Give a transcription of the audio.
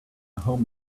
home